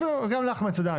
גם אליך מצדה.